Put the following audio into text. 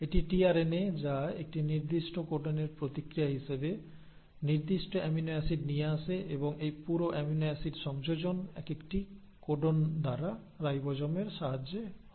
এটি টিআরএনএ যা একটি নির্দিষ্ট কোডনের প্রতিক্রিয়া হিসাবে নির্দিষ্ট অ্যামিনো অ্যাসিড নিয়ে আসে এবং এই পুরো অ্যামিনো অ্যাসিড সংযোজন একেকটি কোডন দ্বারা রাইবোজোমের সাহায্যে হয়